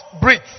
breathe